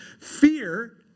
Fear